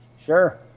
Sure